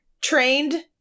trained